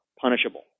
punishable